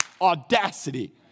audacity